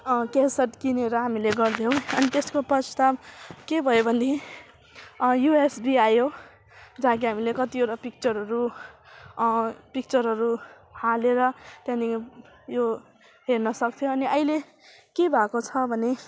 cassette किनेर हामीले गर्थ्यौँ अनि तेसको पश्चात के भयो भनेदेखि युएसबी आयो जहाँ कि हामीले कतिवटा पिक्चरहरू पिक्चरहरू हालेर त्यहाँदेखि यो हेर्न सक्थ्यो अनि अहिले के भएको छ भने